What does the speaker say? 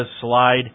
slide